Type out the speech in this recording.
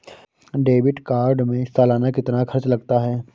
Debit card में सालाना कितना खर्च लगता है?